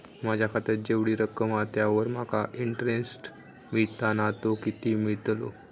माझ्या खात्यात जेवढी रक्कम हा त्यावर माका तो इंटरेस्ट मिळता ना तो किती मिळतलो?